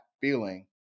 feeling